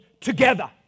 together